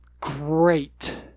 great